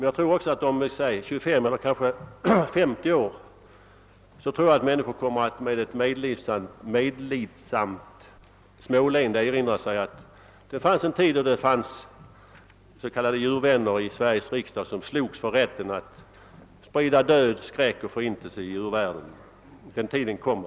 Jag tror också att människor om 25 eller 50 år med ett medlidsamt småleende kommer att erinra sig att det var en tid då det i Sveriges riksdag fanns s.k. djurvänner, som slogs för rätten att sprida död, skräck och förintelse i djurvärlden. Den tiden kommer.